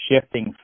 shifting